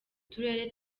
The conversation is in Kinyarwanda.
turere